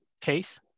case